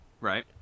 Right